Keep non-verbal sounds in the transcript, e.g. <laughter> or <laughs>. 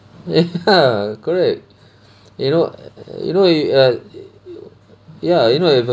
<laughs> ya correct you know err you know you err ya you know if a